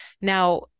Now